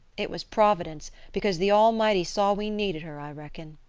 it was providence, because the almighty saw we needed her, i reckon.